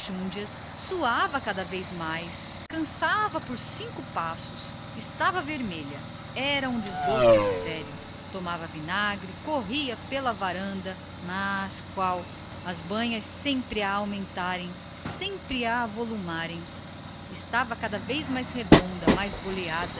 banhas cresciam lhe cada vez mais estava vermelha cansava por cinco passos era um desgosto sério recorria ao vinagre dava-se a longos exercícios pela varanda mas qual as enxúndias aumentavam sempre lindoca estava cada vez mais redonda mais boleada